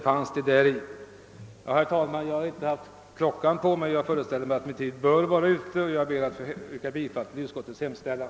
Herr talman! Jag har inte sett på klockan men föreställer mig att min tid nu bör vara ute, och därför vill jag sluta med att yrka bifall till utskottets hemställan.